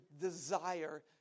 desire